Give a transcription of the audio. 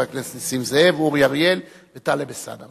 חברי הכנסת נסים זאב, אורי אריאל וטלב אלסאנע.